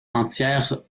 entière